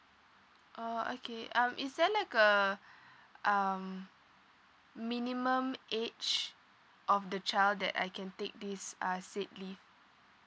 orh okay um is there like a um minimum age of the child that I can take this uh sick leave